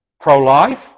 pro-life